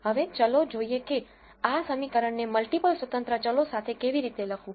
હવે ચાલો જોઈએ કે આ સમીકરણને મલ્ટીપલ સ્વતંત્ર ચલો સાથે કેવી રીતે લખવું